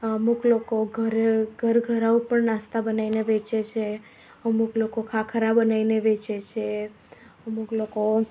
અમુક લોકો ઘરે ઘર ઘર ઉપર નાસ્તા બનાવીને વેચે છે અમુક લોકો ખાખરા બનાવીને વેચે છે અમુક લોકો